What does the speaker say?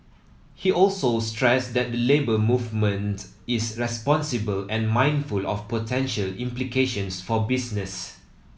he also stressed that the Labour Movement is responsible and mindful of potential implications for business